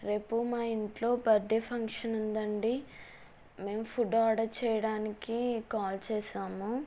రేపు మా ఇంట్లో బర్త్డే ఫంక్షన్ ఉందండీ మేము ఫుడ్ ఆర్డర్ చేయడానికి కాల్ చేసాము